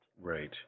Right